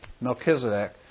Melchizedek